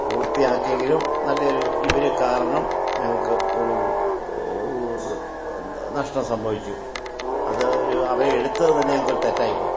പൂർത്തിയാക്കിയെങ്കിലും നല്ല ഒരു ഇവർ കാരണം ഞങ്ങൾക്ക് ഒരു നഷ്ടം സംഭവിച്ചു അത് ഒരു അവരെ എടുത്തത് തന്നെ ഞങ്ങൾക്ക് ഒരു തെറ്റായി പോയി